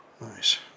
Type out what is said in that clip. Nice